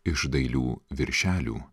iš dailių viršelių